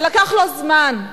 אבל לקח לו זמן,